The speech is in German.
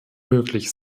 möglich